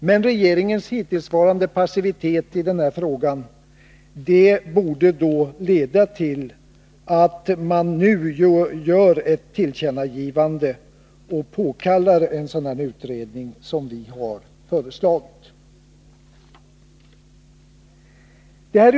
Men regeringens hittillsvarande passivitet i frågan borde leda till att man nu gör ett tillkännagivande och påkallar en sådan utredning som vi föreslagit.